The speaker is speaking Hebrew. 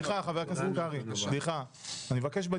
אני מבקש,